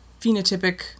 phenotypic